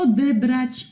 Odebrać